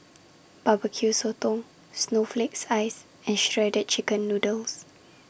Barbecue Sotong Snowflake Ice and Shredded Chicken Noodles